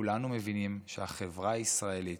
כולנו מבינים שהחברה הישראלית,